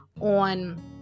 on